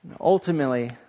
Ultimately